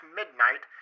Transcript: Midnight